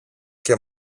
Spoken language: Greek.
και